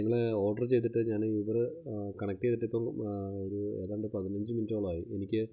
നിങ്ങൾ ഓര്ഡര് ചെയ്തിട്ട് ഞാന് യൂബറ് കണക്ട് ചെയ്തിട്ട് ഇപ്പം ഒരു ഏതാണ്ട് പതിനഞ്ച് മിനിറ്റോളം ആയി എനിക്ക്